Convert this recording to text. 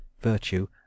Virtue